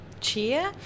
Cheer